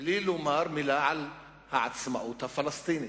בלי לומר מלה על העצמאות הפלסטינית.